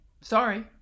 sorry